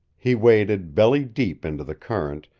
he waded belly-deep into the current,